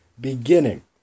beginning